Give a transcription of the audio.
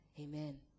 Amen